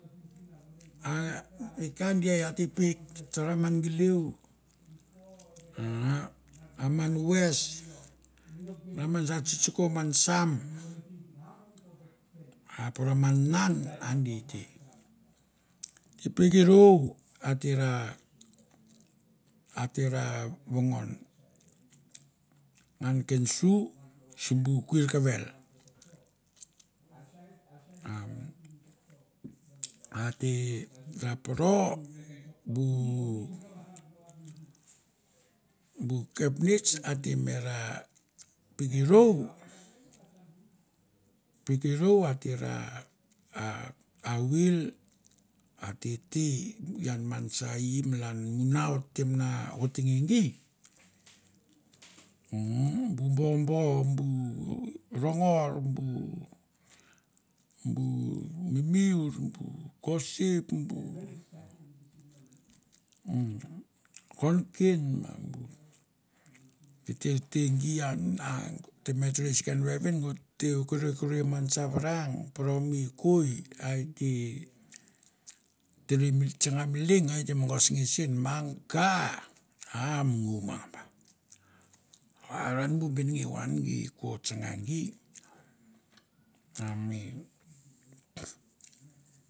Aa ah! Mi ka dih ate peuk, tana man geleu, a ah. A man ves, a man sar tsitskoh, man sam, a poro man nun a dih te. A te peuk e rou, a te na a te na vongon ngan ken su sibu kuir kevel. Ah a te na poro bu bu keprieits a te meh na peuk e rau, peuk e rou a te ra, a civil, a te teh bu ian man sar ie malan muno o tete otenge gie. Hmmm. Bu bobo, bu nongor, bu bu mimiur, bu kosep, bu mmm konkein, ma bu ta ter te gie ian a te me tere si ken vevin gour tate kuirkuir man sar vanang, poro mi koi a e te tere nge tsina mi leng a te vogosnge. Mangal a mi ngoumgangba. Aran be benengeu ian ako tsana gie, a mi